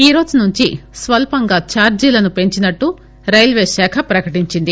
ఈరోజు నుంచి స్వల్పంగా ఛార్జీలను పెంచినట్లు రైల్వేశాఖ ప్రకటించింది